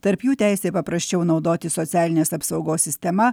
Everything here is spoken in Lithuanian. tarp jų teisė paprasčiau naudotis socialinės apsaugos sistema